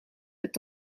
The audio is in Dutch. het